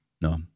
No